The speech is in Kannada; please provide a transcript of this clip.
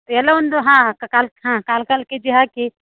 ಎಲ್ಲ ಒಂದು ಹಾಂ ಕಾಲು ಹಾಂ ಕಾಲು ಕಾಲು ಕೆ ಜಿ ಹಾಕಿ